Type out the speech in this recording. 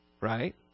right